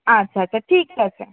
আচ্ছা আচ্ছা ঠিক আছে